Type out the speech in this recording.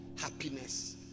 happiness